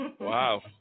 wow